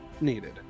needed